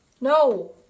No